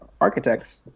architects